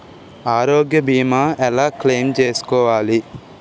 ఆరోగ్య భీమా ఎలా క్లైమ్ చేసుకోవాలి?